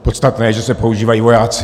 Podstatné je, že se používají vojáci.